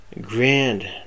Grand